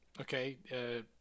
okay